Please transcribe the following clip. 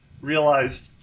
realized